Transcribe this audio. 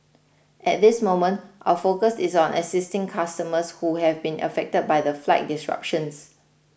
at this moment our focus is on assisting customers who have been affected by the flight disruptions